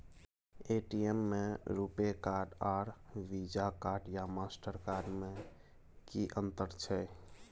ATM में RuPay card आर Visa card या मास्टर कार्ड में कि अतंर छै?